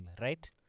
right